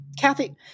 Kathy